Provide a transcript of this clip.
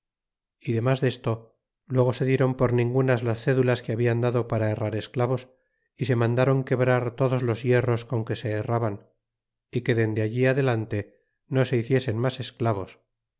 y demas desto luego se dieron por ningunas las cédulas que habian dado para herrar esclavos y se mandaron quebrar todos los hierros con que se herraban y que dende allí adelante no se hiciesen mas esclavos